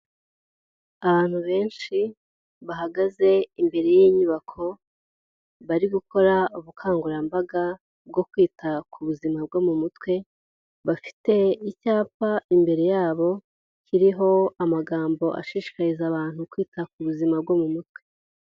Abantu benshi bahagaze imbere y'inyubako, bari gukora ubukangurambaga bwo kwita ku buzima bwo mu mutwe, bafite icyapa imbere yabo kiriho amagambo ashishikariza abantu kwita ku buzima bwo mu mutwe.